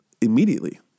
immediately